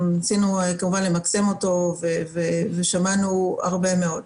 ניסינו כמובן למקסם אותו ושמענו הרבה מאוד.